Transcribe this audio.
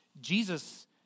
Jesus